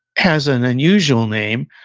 has an unusual name,